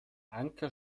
anker